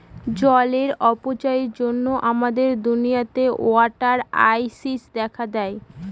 জলের অপচয়ের জন্য আমাদের দুনিয়াতে ওয়াটার ক্রাইসিস দেখা দেয়